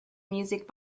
music